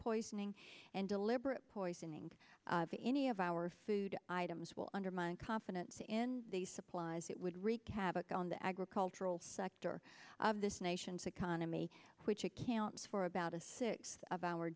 poisoning and deliberate poisoning of any of our food items will undermine confidence in supplies it would wreak havoc on the agricultural sector of this nation's economy which accounts for about a six